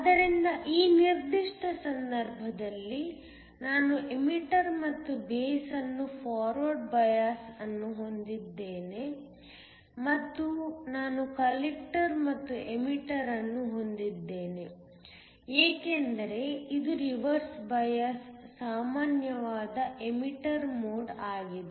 ಆದ್ದರಿಂದ ಈ ನಿರ್ದಿಷ್ಟ ಸಂದರ್ಭದಲ್ಲಿ ನಾನು ಎಮಿಟರ್ ಮತ್ತು ಬೇಸ್ ಅನ್ನು ಫಾರ್ವರ್ಡ್ ಬಯಾಸ್ಅನ್ನು ಹೊಂದಿದ್ದೇನೆ ಮತ್ತು ನಾನು ಕಲೆಕ್ಟರ್ ಮತ್ತು ಎಮಿಟರ್ ಅನ್ನು ಹೊಂದಿದ್ದೇನೆ ಏಕೆಂದರೆ ಇದು ರಿವರ್ಸ್ ಬಯಾಸ್ ಸಾಮಾನ್ಯವಾದ ಎಮಿಟರ್ ಮೋಡ್ ಆಗಿದೆ